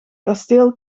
kasteel